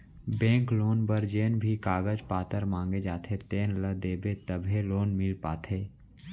bank loan बर जेन भी कागज पातर मांगे जाथे तेन ल देबे तभे लोन मिल पाथे